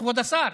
כבוד השר.